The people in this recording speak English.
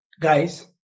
guys